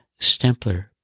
Stempler